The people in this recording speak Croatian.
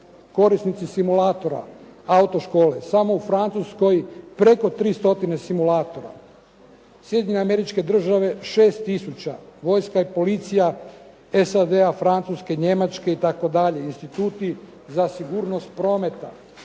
korisnici simulatora, autoškole, samo u Francuskoj preko 300 simulatora. Sjedinjene Američke Države 6 tisuća, vojska i policija SAD-a, Francuske, Njemačke itd., instituti za sigurnost prometa